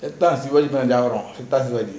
மாறி ஆவுரோம்:maari aavurom